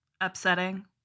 upsetting